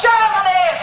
Germany